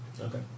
okay